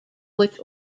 which